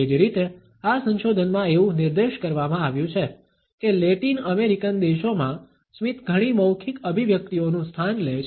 એ જ રીતે આ સંશોધનમાં એવું નિર્દેશ કરવામાં આવ્યું છે કે લેટિન અમેરિકન દેશોમાં સ્મિત ઘણી મૌખિક અભિવ્યક્તિઓનું સ્થાન લે છે